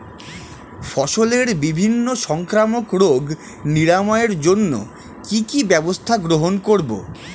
ফসলের বিভিন্ন সংক্রামক রোগ নিরাময়ের জন্য কি কি ব্যবস্থা গ্রহণ করব?